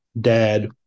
dad